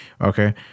Okay